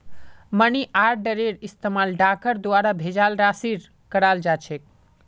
money आर्डरेर इस्तमाल डाकर द्वारा भेजाल राशिर कराल जा छेक